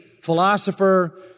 philosopher